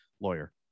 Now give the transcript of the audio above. lawyer